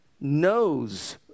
knows